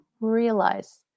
realize